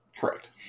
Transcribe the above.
correct